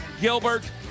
Gilbert